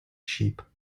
sheep